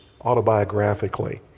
autobiographically